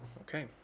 Okay